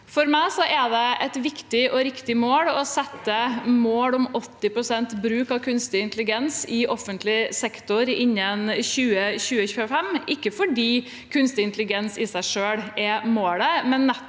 For meg er det viktig og riktig å sette et mål om 80 pst. bruk av kunstig intelligens i offentlig sektor innen 2025, ikke fordi kunstig intelligens i seg selv er målet,